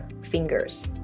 fingers